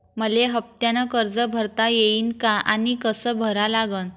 मले हफ्त्यानं कर्ज भरता येईन का आनी कस भरा लागन?